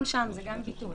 גם שם זה ביטול.